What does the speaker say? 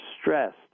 stressed